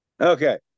Okay